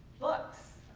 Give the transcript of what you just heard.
books.